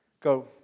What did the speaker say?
go